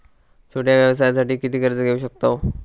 छोट्या व्यवसायासाठी किती कर्ज घेऊ शकतव?